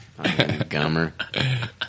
Gummer